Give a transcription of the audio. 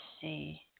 see